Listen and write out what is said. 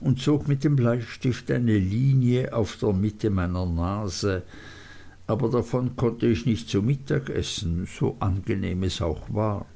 und zog mit dem bleistift eine linie auf der mitte meiner nase aber davon konnte ich nicht zu mittag essen so angenehm es auch war